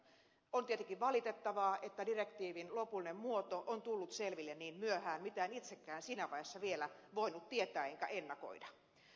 on tietenkin valitettavaa että direktiivin lopullinen muoto on tullut selville niin myöhään mitä en itsekään siinä vaiheessa vielä voinut tietää enkä ennakoida